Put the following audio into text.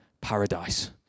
paradise